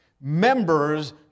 Members